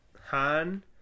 Han